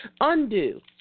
Undo